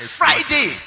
friday